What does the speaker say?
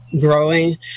growing